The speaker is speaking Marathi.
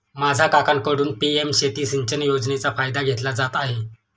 माझा काकांकडून पी.एम शेती सिंचन योजनेचा फायदा घेतला जात आहे